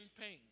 pain